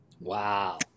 Wow